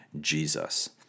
Jesus